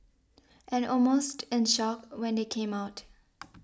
and almost in shock when they came out